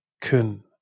kun